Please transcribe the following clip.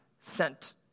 sent